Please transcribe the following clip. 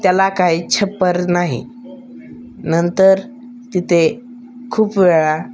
त्याला काही छप्पर नाही नंतर तिथे खूप वेळा